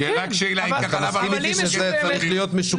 אתה מסכים אתי שזה צריך להיות משוקף